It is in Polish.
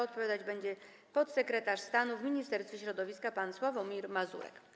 Odpowiadać będzie podsekretarz stanu w Ministerstwie Środowiska pan Sławomir Mazurek.